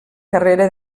carrera